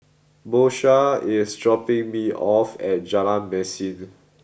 Porsha is dropping me off at Jalan Mesin